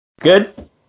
Good